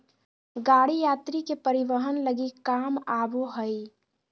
गाड़ी यात्री के परिवहन लगी काम आबो हइ